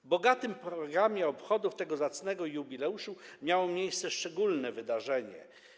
W bogatym programie obchodów tego zacnego jubileuszu miało miejsce szczególne wydarzenie.